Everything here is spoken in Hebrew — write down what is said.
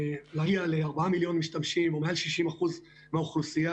להגיע למעל 4 מיליון משתמשים או מעל 60% מהאוכלוסייה,